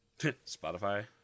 Spotify